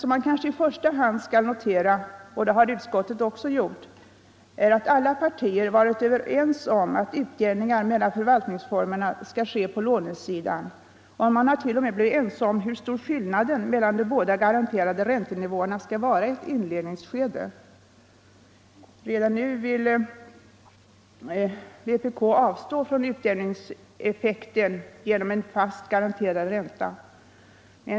Vad man kanske i första hand skall notera — det har också utskottet gjort — är att alla partier varit överens om att utjämningar mellan förvaltningsformerna skall ske på lånetiden. Man har till och med blivit ense om hur stor skillnaden mellan de båda garanterade räntenivåerna skall vara i ett inledningsskede. Redan nu vill vpk avstå från utjämningseffekten genom en fast garanterad ränta.